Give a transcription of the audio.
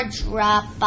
drop